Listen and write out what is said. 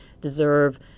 deserve